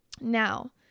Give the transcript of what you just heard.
Now